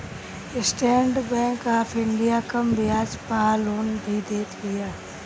estate Bank of India कम बियाज पअ लोन भी देत बिया